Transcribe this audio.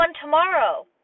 tomorrow